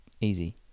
Easy